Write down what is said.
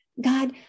God